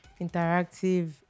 interactive